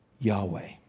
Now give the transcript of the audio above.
Yahweh